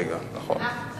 רגע, נכון.